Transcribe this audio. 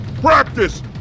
practice